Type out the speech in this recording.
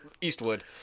Eastwood